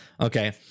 Okay